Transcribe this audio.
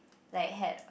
like had a